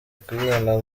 kuyibona